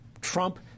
Trump